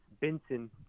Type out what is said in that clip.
Benson